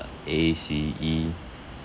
A C E